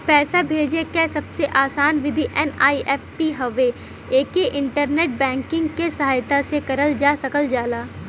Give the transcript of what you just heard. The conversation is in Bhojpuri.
पैसा भेजे क सबसे आसान विधि एन.ई.एफ.टी हउवे एके इंटरनेट बैंकिंग क सहायता से करल जा सकल जाला